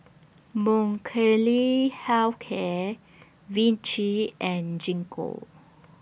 Health Care Vichy and Gingko